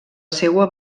seua